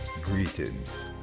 Greetings